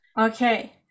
Okay